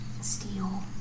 steel